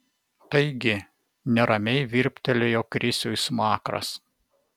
taigi neramiai virptelėjo krisiui smakras